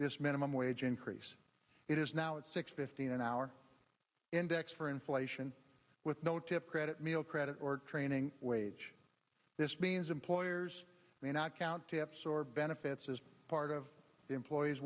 this minimum wage increase it is now at six fifteen an hour indexed for inflation with no tip credit meal credit or training wage this means employers may not count tips or benefits as part of the employee